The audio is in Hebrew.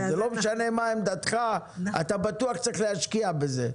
לא משנה מה עמדתך, אתה בטוח צריך להשקיע בזה.